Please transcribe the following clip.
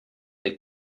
they